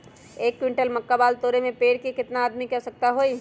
एक क्विंटल मक्का बाल तोरे में पेड़ से केतना आदमी के आवश्कता होई?